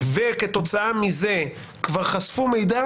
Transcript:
וכתוצאה מזה כבר חשפו מידע